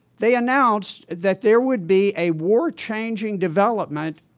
they announced that there would be a war-changing development,